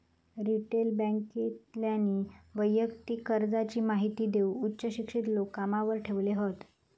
retail बॅन्केतल्यानी वैयक्तिक कर्जाची महिती देऊक उच्च शिक्षित लोक कामावर ठेवले हत